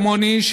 כמוני,